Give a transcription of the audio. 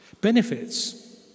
Benefits